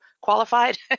qualified